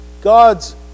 God's